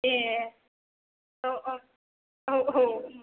ए औ औ औ औ